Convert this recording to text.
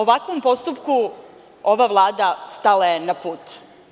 Ovakvom postupku ova Vlada stala je na put.